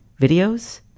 videos